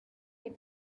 les